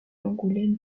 d’angoulême